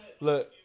Look